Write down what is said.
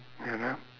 you know